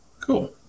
Cool